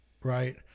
Right